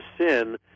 sin